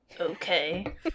Okay